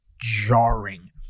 jarring